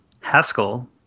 Haskell